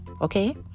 okay